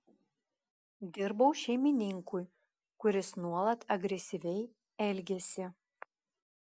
dirbau šeimininkui kuris nuolat agresyviai elgėsi